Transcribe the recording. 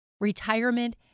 Retirement